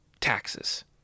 taxes